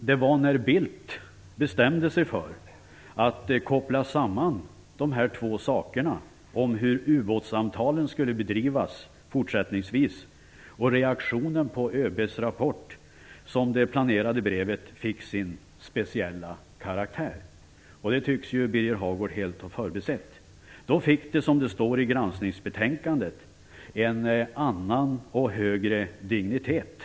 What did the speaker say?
Det var när Bildt bestämde sig för att koppla samman de här två sakerna, dvs. hur ubåtssamtalen fortsättningsvis skulle bedrivas och reaktionen på ÖB:s rapport, som det planerade brevet fick sin speciella karaktär. Detta tycks Birger Hagård helt ha förbisett. Då fick det, som det står i granskningsbetänkandet, en annan och högre dignitet.